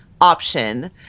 option